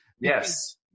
Yes